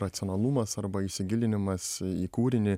racionalumas arba įsigilinimas į kūrinį